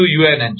unn છે